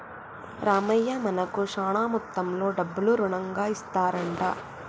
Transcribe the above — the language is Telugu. రామయ్య మనకు శాన మొత్తంలో డబ్బులు రుణంగా ఇస్తారంట